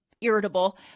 irritable